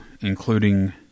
including